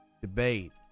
debate